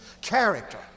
character